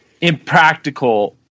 impractical